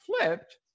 flipped